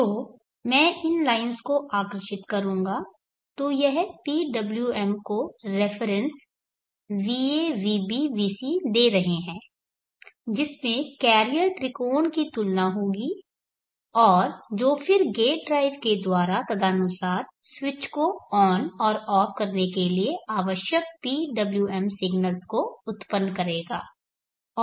तो मैं इन लाइन्स को आकर्षित करूंगा तो यह PWM को रेफरेन्स va vb vc दे रहे है जिसमें कैरियर त्रिकोण की तुलना होगी और जो फिर गेट ड्राइव के द्वारा तदनुसार स्विच को ऑन और ऑफ करने के लिए आवश्यक PWM सिग्नल्स को उत्पन्न करेगा